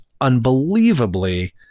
unbelievably